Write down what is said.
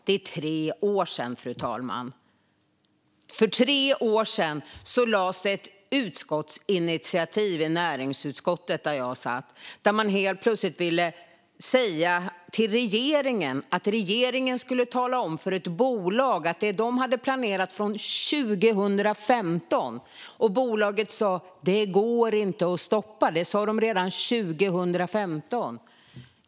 Det är tre år sedan, fru talman. För tre år sedan lades det ett utskottsinitiativ i näringsutskottet, där jag satt, där man helt plötsligt ville säga till regeringen att regeringen skulle tala om för ett bolag vad bolaget skulle göra angående något som de hade planerat från 2015. Bolaget sa att det inte gick att stoppa, och det sa de redan 2015.